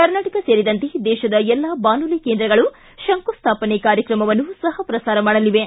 ಕರ್ನಾಟಕ ಸೇರಿದಂತೆ ದೇಶದ ಎಲ್ಲಾ ಬಾನುಲಿ ಕೇಂದ್ರಗಳು ಶಂಕುಸ್ನಾಪನೆ ಕಾರ್ಯಕ್ರಮವನ್ನು ಸಹಪ್ರಸಾರ ಮಾಡಲಿವೆ